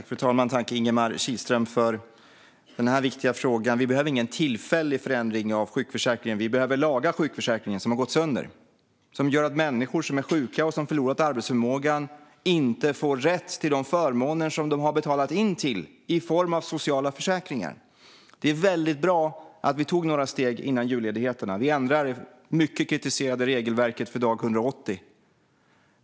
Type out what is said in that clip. Fru talman! Tack, Ingemar Kihlström, för denna viktiga fråga! Vi behöver ingen tillfällig förändring av sjukförsäkringen, utan vi behöver laga sjukförsäkringen. Den har gått sönder och gör att människor som är sjuka och som förlorat arbetsförmågan inte får rätt till de förmåner som de har betalat in till i form av sociala försäkringar. Det var väldigt bra att vi tog några steg före julledigheterna. Vi ändrade det mycket kritiserade regelverket för dag 180.